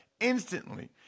instantly